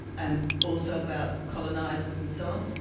and also about colonisers and so on.